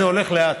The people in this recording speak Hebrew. זה הולך לאט.